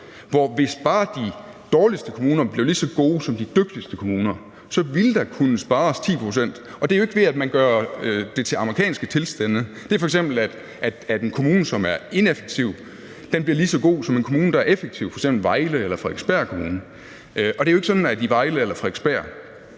hvis bare de dårligste kommuner blev lige så gode som de dygtigste kommuner, ville der kunne spares 10 pct. Og det er jo ikke, ved at man gør det til amerikanske tilstande, men det er f.eks., at en kommune, som er ineffektiv, bliver lige så god som en kommune, der er effektiv, f.eks. Vejle Kommune eller Frederiksberg Kommune. Og det er jo ikke sådan, at i Vejle eller på Frederiksberg